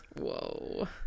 Whoa